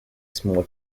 small